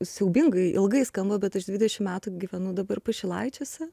siaubingai ilgai skamba bet aš dvidešim metų gyvenu dabar pašilaičiuose